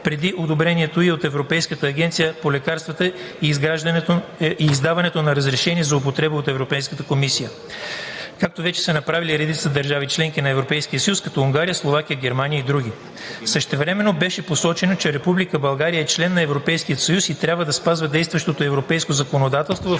преди одобрението ѝ от Европейската агенция по лекарствата и издаването на разрешение за употреба от Европейската комисия, както вече са направили редица държави – членки на Европейския съюз като Унгария, Словакия, Германия и други. Същевременно беше посочено, че Република България е член на Европейския съюз и трябва да спазва действащото европейско законодателство в